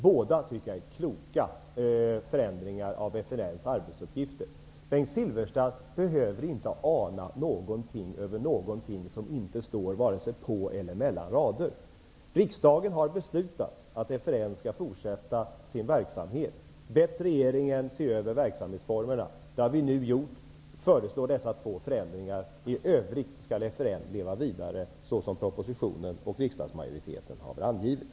Båda är kloka förändringar av FRN:s arbetsuppgifter. Bengt Silfverstrand behöver inte ana någonting i det som står på eller mellan raderna. Riksdagen har beslutat att FRN skall fortsätta sin verksamhet och har bett regeringen att se över verksamhetsformerna. Det har vi nu gjort, och vi föreslår dessa två förändringar. I övrigt skall FRN leva vidare såsom regeringen och riksdagsmajoriteten har angivit.